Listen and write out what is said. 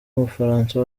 mufaransa